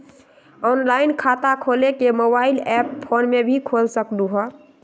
Online खाता खोले के मोबाइल ऐप फोन में भी खोल सकलहु ह?